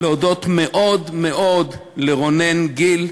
אני רוצה להודות מאוד מאוד לרונן גיל,